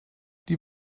die